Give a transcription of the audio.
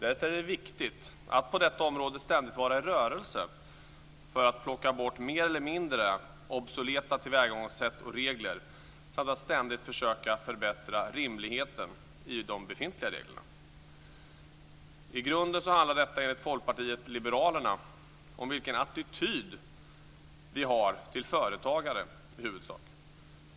Därför är det viktigt att ständigt vara i rörelse på detta område för att plocka bort mer eller mindre obsoleta tillvägagångssätt och regler samt att ständigt försöka förbättra rimligheten i de befintliga reglerna. I grunden handlar detta enligt Folkpartiet liberalerna om vilken attityd vi har till företagare i huvudsak.